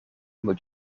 moet